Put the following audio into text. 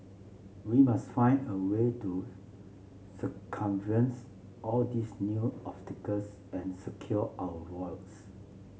we must find a way to circumvents all these new obstacles and secure our votes